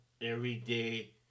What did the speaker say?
everyday